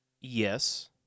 Yes